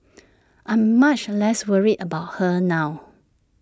I'm much less worried about her now